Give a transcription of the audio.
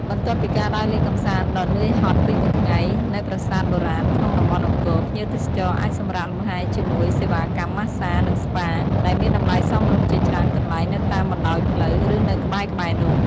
បន្ទាប់ពីការដើរលេងកម្សាន្តដ៏នឿយហត់ពេញមួយថ្ងៃនៅប្រាសាទបុរាណក្នុងតំបន់អង្គរ ភ្ញៀវទេសចរអាចសម្រាកលំហែជាមួយ សេវាកម្មម៉ាស្សា និងស្ប៉ា ដែលមានតម្លៃសមរម្យជាច្រើនកន្លែងនៅតាមបណ្ដោយផ្លូវ ឬនៅក្បែរៗនោះ។